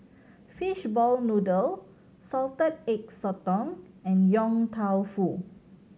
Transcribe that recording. fishball noodle Salted Egg Sotong and Yong Tau Foo